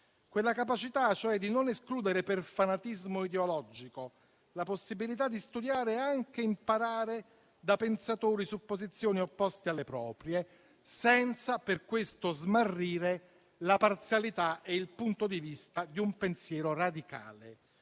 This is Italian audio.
quella capacità, cioè, di non escludere per fanatismo ideologico la possibilità di studiare e anche imparare da pensatori su posizioni opposte alle proprie, senza per questo smarrire la parzialità e il punto di vista di un pensiero radicale.